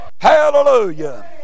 Hallelujah